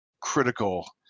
critical